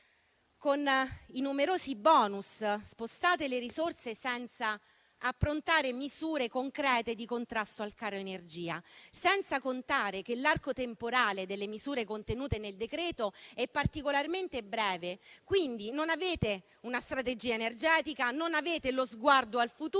Con i numerosi *bonus* spostate le risorse senza approntare misure concrete di contrasto al caro energia, senza contare che l'arco temporale delle misure contenute nel decreto è particolarmente breve. Quindi, non avete una strategia energetica, non avete lo sguardo al futuro